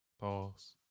Pause